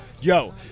Yo